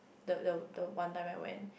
the the the one time I went